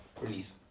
release